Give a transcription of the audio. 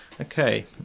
Okay